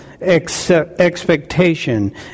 expectation